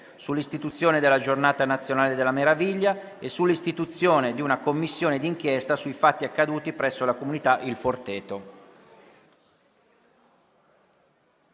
sull'istituzione della Giornata nazionale della meraviglia e sull'istituzione di una Commissione d'inchiesta sui fatti accaduti presso la comunità Il Forteto.